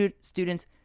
students